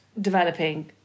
developing